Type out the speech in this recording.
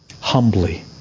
humbly